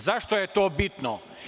Zašto je to bitno?